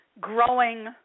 growing